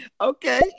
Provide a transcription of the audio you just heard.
Okay